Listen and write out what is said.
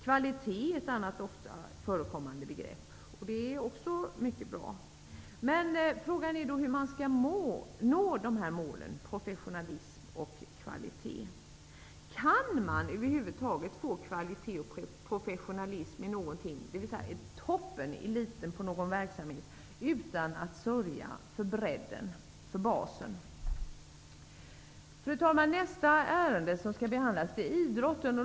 Kvalitet är ett annat ofta förekommande begrepp. Det är också mycket bra. Men frågan är hur man skall nå målen om professionalism och kvalitet. Kan man över huvud taget få kvalitet och professionalism i något, dvs. en topp eller en elit i någon verksamhet, utan att sörja för bredden och basen? Fru talman! Nästa ärende som skall behandlas i dag är idrotten.